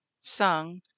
sung